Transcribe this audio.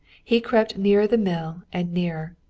he crept nearer the mill and nearer.